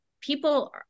people